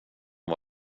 vad